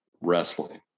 Wrestling